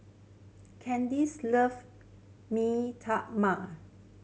Candyce love Mee Tai Mak